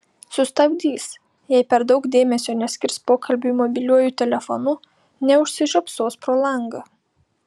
sustabdys jei per daug dėmesio neskirs pokalbiui mobiliuoju telefonu neužsižiopsos pro langą